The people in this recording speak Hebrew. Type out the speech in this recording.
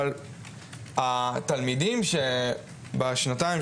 אבל התלמידים בשנתיים,